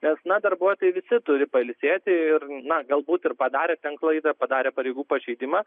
nes na darbuotojai visi turi pailsėti ir na galbūt ir padarė ten klaidą padarė pareigų pažeidimą